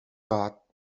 got